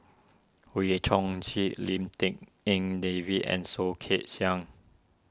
Wee Chong Jin Lim Tik En David and Soh Kay Siang